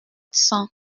cent